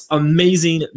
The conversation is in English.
amazing